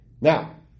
Now